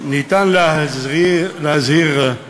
שניתן להזהיר את